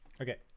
okay